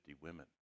women